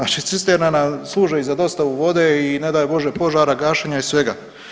A cisterna nam služi i za dostavu vode i ne daj bože požara, gašenja i svega.